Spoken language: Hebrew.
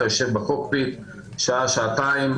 אתה יושב בקוקפיט שעה-שעתיים,